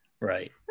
right